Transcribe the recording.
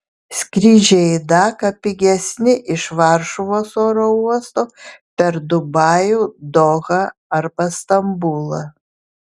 skrydžiai į daką pigesni iš varšuvos oro uosto per dubajų dohą arba stambulą